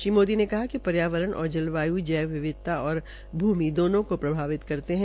श्री मोदी ने कहा कि पर्यावरण और जलवाय् जैव विविधता और भूमि दोनों को प्रभावित करते है